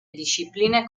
discipline